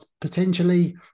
Potentially